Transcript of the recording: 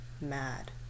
mad